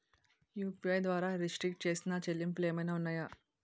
UPI ద్వారా restrict చేసిన చెల్లింపులు ఏమైనా ఉన్నాయా?